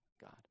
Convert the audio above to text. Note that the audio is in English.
God